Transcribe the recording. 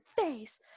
face